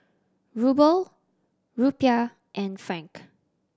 Ruble Rupiah and Franc